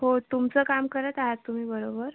हो तुमचं काम करत आहात तुम्ही बरोबर